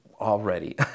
already